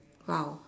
!wow!